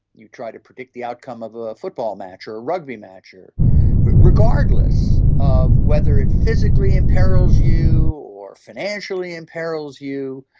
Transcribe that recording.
you try to predict the outcome of a football match or a rugby match. regardless of whether it physically imperils you or financially imperils you,